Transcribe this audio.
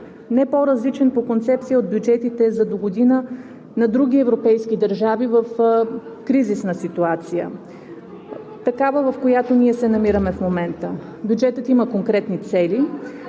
не по-различен по концепция от бюджетите за догодина на други европейски държави в кризисна ситуация, в каквато ние се намираме в момента. Бюджетът има конкретни цели,